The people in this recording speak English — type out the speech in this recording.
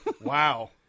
Wow